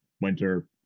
winter